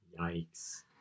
Yikes